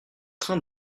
train